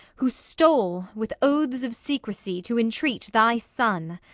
who stole, with oaths of secrecy, to entreat thy son.